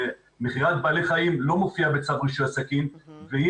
מכירת בעלי חיים לא מופיעה בצו רישוי עסקים והיא